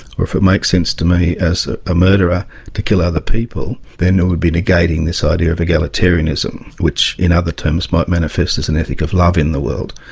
or if it makes sense to me as a ah murderer to kill other people then it would be negating this idea of egalitarianism which in other terms might manifest as an ethic of love in the world.